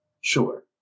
sure